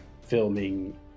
filming